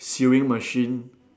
sewing machine